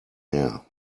air